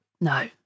No